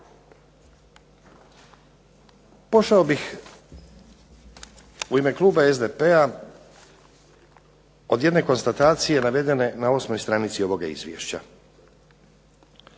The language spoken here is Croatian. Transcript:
Pošao bih u ime kluba SDP-a od jedne konstatacije navedene na osmoj stranici ovoga izvješća.